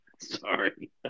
Sorry